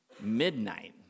midnight